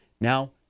Now